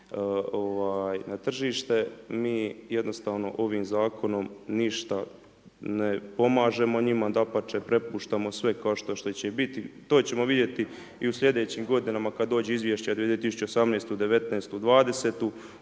na tržište, mi jednostavno ovim zakonom ništa ne pomažemo njima, dapače prepuštamo sve kao što će biti, to ćemo vidjeti i u sljedećim godinama kad dođu izvješća 2018./19.,20.